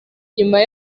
nyuma